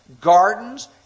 gardens